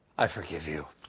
i forgive you.